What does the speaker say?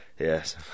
Yes